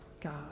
God